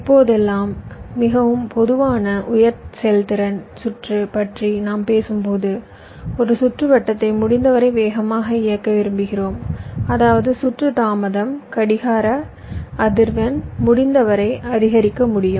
இப்போதெல்லாம் மிகவும் பொதுவான உயர் செயல்திறன் சுற்று பற்றி நாம் பேசும்போது ஒரு சுற்றுவட்டத்தை முடிந்தவரை வேகமாக இயக்க விரும்புகிறோம் அதாவது சுற்று தாமதம் கடிகார அதிர்வெண் முடிந்தவரை அதிகரிக்க முடியும்